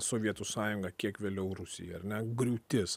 sovietų sąjungą kiek vėliau rusiją ar ne griūtis